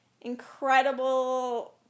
incredible